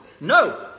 no